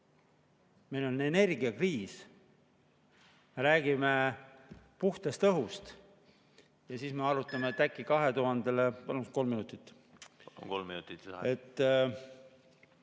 Meil on energiakriis, me räägime puhtast õhust – ja siis me arutame, et äkki 2000‑le ... Palun kolm minutit. Kolm minutit